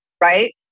right